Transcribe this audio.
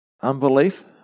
unbelief